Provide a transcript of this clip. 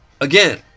again